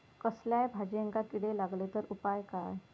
कसल्याय भाजायेंका किडे लागले तर उपाय काय?